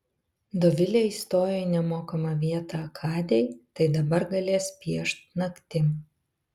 dovilė įstojo į nemokamą vietą akadėj tai dabar galės piešt naktim